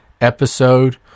Episode